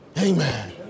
Amen